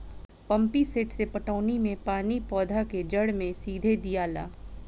pump set से पटौनी मे पानी पौधा के जड़ मे सीधे दियाला